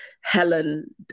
Helen